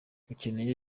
ukeneye